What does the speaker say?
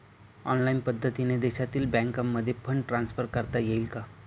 Online पद्धतीने देशातील बँकांमध्ये फंड ट्रान्सफर करता येईल का?